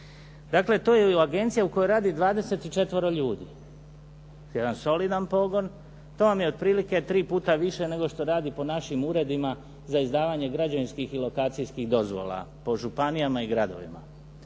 Dakle, to je agencija u kojoj radi 24-ero ljudi, jedan solidan pogon. To vam je otprilike tri puta više nego što radi po našim uredima za izdavanje građevinskih i lokacijskih dozvola po županijama i gradovima.